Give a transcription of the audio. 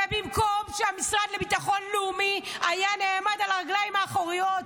במקום שהמשרד לביטחון לאומי ייעמד על הרגליים האחוריות,